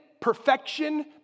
perfection